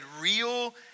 real